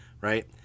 right